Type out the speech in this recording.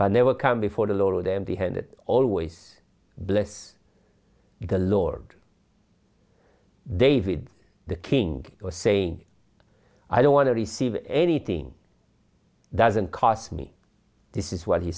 but never come before the lord empty handed always bless the lord david the king or saying i don't want to receive anything doesn't cost me this is what he